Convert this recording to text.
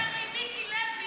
יפה, אני לא עוזבת.